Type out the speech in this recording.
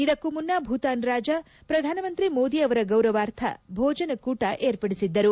ಇದಕ್ಕೂ ಮುನ್ನ ಭೂತಾನ್ ರಾಜ ಪ್ರಧಾನಮಂತ್ರಿ ಮೋದಿ ಅವರ ಗೌರವಾರ್ಥ ಭೋಜನಕೂಟ ಏರ್ಪಡಿಸಿದ್ದರು